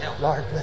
Lord